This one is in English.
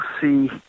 see